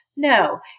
No